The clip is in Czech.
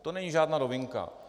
To není žádná novinka.